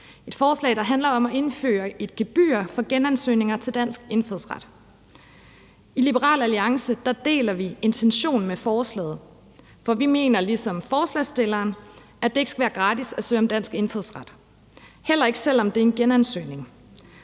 et forslag, der handler om at indføre et gebyr for genansøgninger om dansk indfødsret. I Liberal Alliance deler vi intentionen med forslaget, for vi mener ligesom forslagsstilleren, at det ikke skal være gratis at søge om dansk indfødsret, heller ikke, selv om det er en genansøgning.